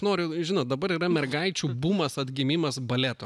noriu žinot dabar yra mergaičių bumas atgimimas baleto